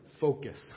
focus